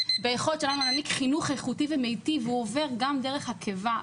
ביכולת שלנו להעניק חינוך איכותי ומיטיב והוא עובר גם דרך הקיבה.